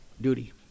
duty